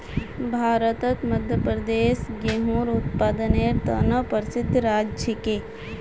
भारतत मध्य प्रदेश गेहूंर उत्पादनेर त न प्रसिद्ध राज्य छिके